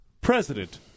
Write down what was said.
President